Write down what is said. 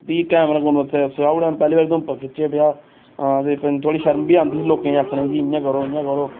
फ्ही कैमरा कूमरा उत्थ सखाई ओड़ेआ उन्नै पैह्ली बारी उधमपुर खिच्चेआ ब्याह् ते कन्नै थोह्ड़ी शर्म बी आंदी ही लोकें गी आखने गी जी इ'यां करो इ'यां करो